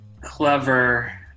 clever